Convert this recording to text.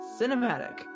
cinematic